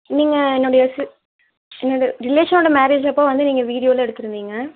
நீங்கள் என்னுடைய சி என்னுடைய ரிலேஷனோட மேரேஜ் அப்போ வந்து நீங்கள் வீடியோல்லாம் எடுத்துருந்தீங்க